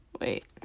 wait